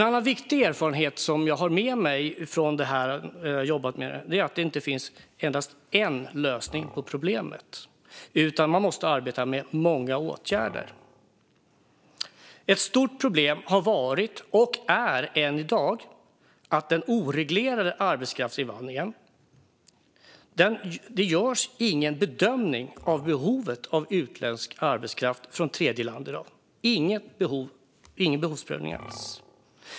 En annan viktig erfarenhet jag har med mig från det jag har jobbat med är att det inte finns endast en lösning på problemet. Man måste arbeta med många åtgärder. Ett stort problem har varit, och är än i dag, att det i fråga om den oreglerade arbetskraftsinvandringen inte görs någon bedömning av behovet av utländsk arbetskraft från tredjeland i dag. Det sker ingen behovsprövning alls.